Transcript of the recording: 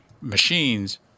machines –